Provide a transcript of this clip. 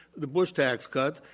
the bush tax cuts,